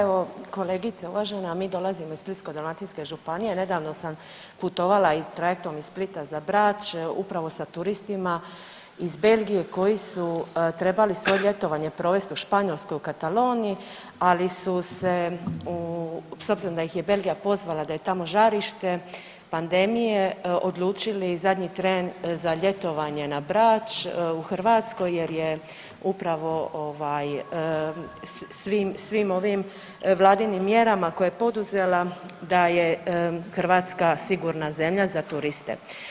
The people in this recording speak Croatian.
Evo kolegice uvažena mi dolazimo iz Splitsko-dalmatinske županije, nedavno sam putovala trajektom iz Splita za Brač upravo sa turistima iz Belgije koji su trebali svoje ljetovanje provesti u Španjolskoj u Kataloniji, ali su se s obzirom da ih je Belgija pozvala da je tamo žarište pandemije odlučili zadnji tren za ljetovanje na Brač u Hrvatskoj jer je upravo svim ovim vladinim mjerama koje je poduzela da je Hrvatska sigurna zemlja za turiste.